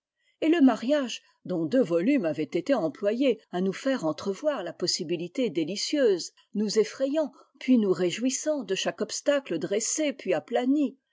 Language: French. et le mariage dont deux volumes avaient été employés à nous faire entrevoir la possibilité délicieuse nous effrayantpuis nous réjouissant de chaque obstacle dressé puis aplani